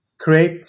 Create